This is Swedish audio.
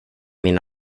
min